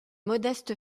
modeste